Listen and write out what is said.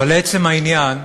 ולעצם העניין.